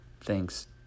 thanks